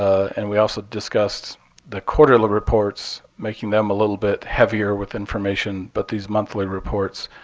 ah and we also discussed the quarterly reports, making them a little bit heavier with information. but these monthly reports,